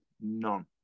None